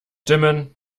dimmen